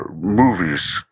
movies